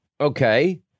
Okay